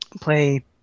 play